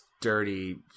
dirty